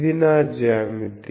ఇది నా జ్యామితి